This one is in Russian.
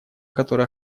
который